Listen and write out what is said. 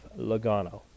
Logano